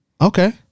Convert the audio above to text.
Okay